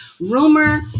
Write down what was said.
rumor